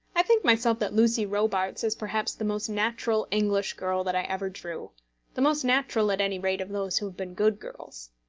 i think myself that lucy robarts is perhaps the most natural english girl that i ever drew the most natural, at any rate, of those who have been good girls.